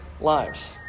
lives